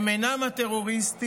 הם אינם הטרוריסטים,